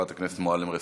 חברת הכנסת מועלם-רפאלי,